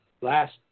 last